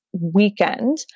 weekend